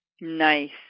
Nice